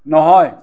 নহয়